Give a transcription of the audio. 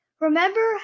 Remember